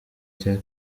cya